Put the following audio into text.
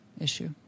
issue